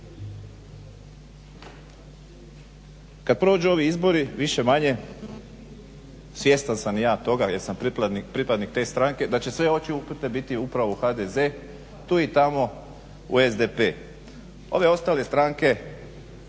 Kad prođu ovi izbori, više-manje svjestan sam toga jer sam pripadnik te stranke da će sve oči uprte biti upravo u HDZ tu i tamo u SDP. Ove ostale stranke